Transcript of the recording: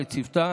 לצוותה